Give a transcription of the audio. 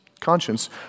conscience